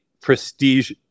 prestige